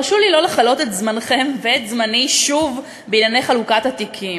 הרשו לי לא לכלות את זמנכם ואת זמני שוב בענייני חלוקת התיקים,